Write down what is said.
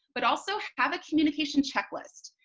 but also have a communication checklist.